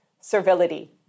servility